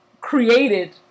created